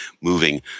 moving